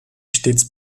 stets